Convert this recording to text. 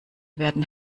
werden